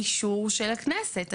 באישור של הכנסת,